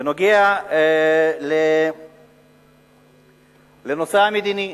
בנוגע לנושא המדיני,